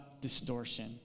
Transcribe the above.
distortion